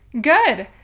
Good